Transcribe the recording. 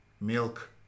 milk